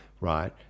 right